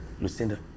Lucinda